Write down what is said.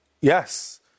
Yes